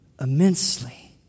immensely